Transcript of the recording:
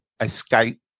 escape